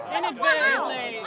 Inadvertently